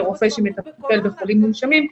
לרופא שמטפל בחולים מונשמים,